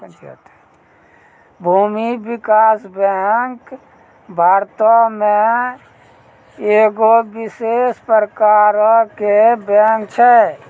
भूमि विकास बैंक भारतो मे एगो विशेष प्रकारो के बैंक छै